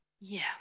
yes